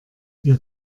wir